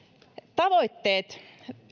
tavoitteet